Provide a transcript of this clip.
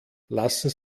lassen